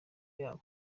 yabo